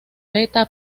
beta